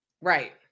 Right